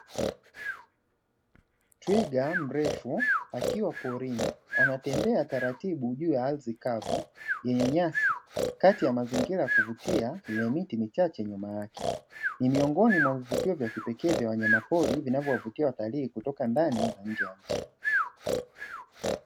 Twiga mrefu akiwa porini anatembea taratibu juu ya ardhi kavu yenye nyasi kati ya mazingira ya kuvutia yenye miti michache nyuma yake. Ni miongoni mwa vivutio vya kipekee vya wanyamapori vinavyowafikia watalii kutoka ndani na nje ya nchi